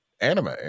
anime